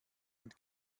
und